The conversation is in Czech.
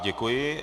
Děkuji.